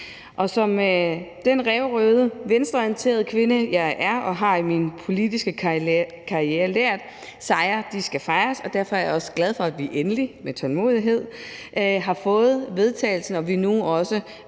Og som den ræverøde, venstreorienterede kvinde, jeg er, har jeg i min politiske karriere lært, at sejre skal fejres, og derfor er jeg også glad for, at vi endelig, med tålmodighed, også vedtager det forslag